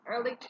early